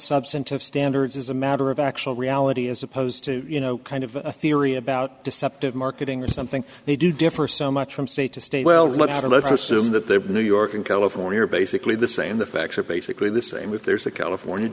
substantive standards as a matter of actual reality as opposed to you know kind of a theory about deceptive marketing or something they do differ so much from state to state well it's not a let's assume that they were new york and california are basically the same the facts are basically the same if there's a california